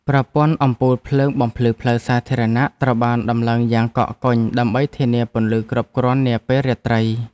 ប្រព័ន្ធអំពូលភ្លើងបំភ្លឺផ្លូវសាធារណៈត្រូវបានដំឡើងយ៉ាងកកកុញដើម្បីធានាពន្លឺគ្រប់គ្រាន់នាពេលរាត្រី។